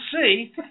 see